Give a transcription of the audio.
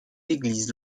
églises